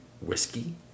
whiskey